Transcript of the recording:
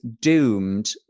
doomed